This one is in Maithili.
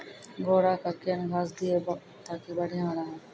घोड़ा का केन घास दिए ताकि बढ़िया रहा?